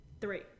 Three